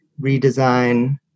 redesign